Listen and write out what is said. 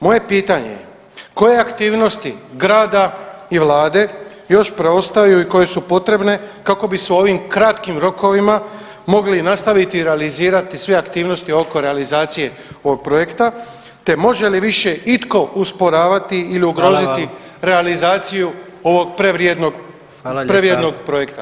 Moje pitanje je koje aktivnosti grada i Vlade još preostaju i koje su potrebne kako bi se ovim kratkim rokovima mogli nastaviti realizirati sve aktivnosti oko realizacije ovog projekta te može li više itko usporavati ili ugroziti realizaciju [[Upadica: Hvala vam.]] ovog prevrijednog [[Upadica: Hvala lijepa.]] projekta.